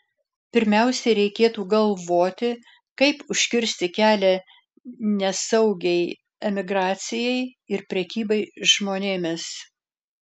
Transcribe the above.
pirmiausia reikėtų galvoti kaip užkirsti kelią nesaugiai emigracijai ir prekybai žmonėmis